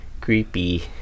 creepy